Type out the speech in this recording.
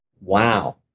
Wow